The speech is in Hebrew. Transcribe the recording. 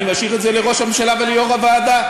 אני משאיר את זה לראש הממשלה וליו"ר הוועדה.